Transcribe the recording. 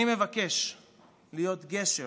אני מבקש להיות גשר